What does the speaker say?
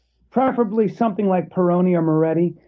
preferably something like peroni or moretti.